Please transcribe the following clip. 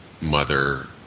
mother